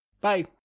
bye